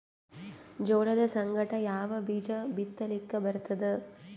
ಜೋಳದ ಸಂಗಾಟ ಯಾವ ಬೀಜಾ ಬಿತಲಿಕ್ಕ ಬರ್ತಾದ?